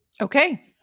Okay